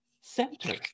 center